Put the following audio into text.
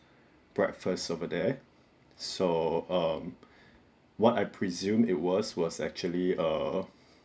breakfast over there so um what I presume it was was actually a